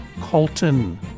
Colton